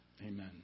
Amen